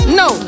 no